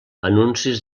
anuncis